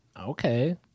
Okay